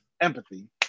Empathy